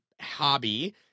hobby